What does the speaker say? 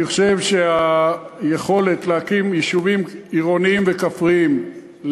אני חושב שהיכולת להקים יישובים עירוניים וכפריים,